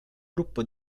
gruppo